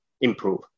improve